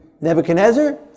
Nebuchadnezzar